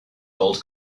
gold